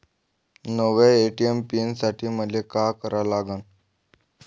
नव्या ATM pin साठी मले का करा लागन?